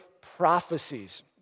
prophecies